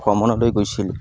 ভ্ৰমণলৈ গৈছিলোঁ